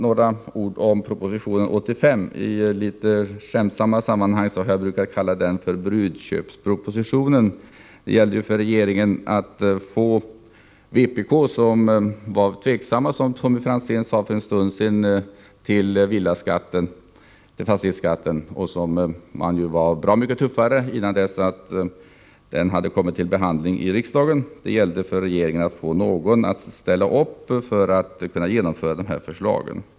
Några ord om proposition 85, som jag litet skämtsamt brukar kalla för brudköpspropositionen. Det gällde ju för regeringen att få med vpk, som var tveksamt, vilket Tommy Franzén sade för en stund sedan, när det gäller förslaget om fastighetsskatt. Vpk:s hållning till denna skatt var bra mycket tuffare innan propositionen hade kommit till behandling i riksdagen. Det gällde för regeringen att få någon att ställa upp på skatten för att man skulle kunna genomföra dessa förslag.